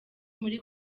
muri